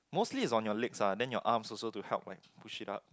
mostly is on your legs ah then your arms also to help by push it up